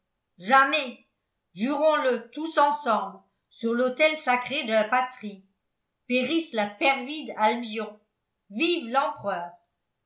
jamais jurons le tous ensemble sur l'autel sacré de la patrie périsse la perfide albion vive l'empereur